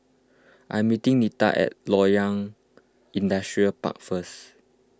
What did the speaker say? I am meeting Nita at Loyang Industrial Park first